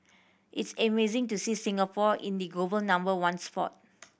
it's amazing to see Singapore in the global number one spot